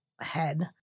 head